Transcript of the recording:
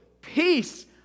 peace